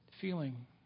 feeling